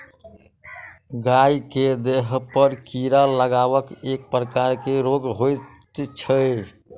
गाय के देहपर कीड़ा लागब एक प्रकारक रोग होइत छै